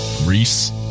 Reese